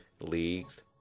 leagues